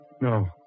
No